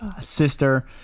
sister